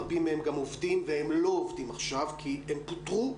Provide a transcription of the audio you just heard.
רבים מהם גם עובדים והם לא עובדים עכשיו כי הם פוטרו,